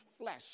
flesh